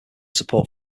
support